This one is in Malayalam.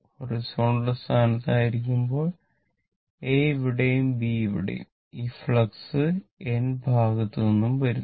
ഹൊറിസോണ്ടൽ സ്ഥാനത്ത് ആയിരിക്കുമ്പോൾ എ ഇവിടെയും ബി ഇവിടെയും ഈ ഫ്ലക്സ് എൻ ഭാഗത്തുനിന്നും വരും